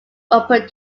open